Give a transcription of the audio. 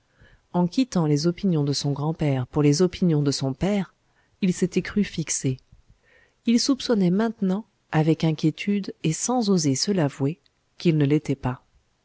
en quittant les opinions de son grand-père pour les opinions de son père il s'était cru fixé il soupçonnait maintenant avec inquiétude et sans oser se l'avouer qu'il ne l'était pas